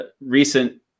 recent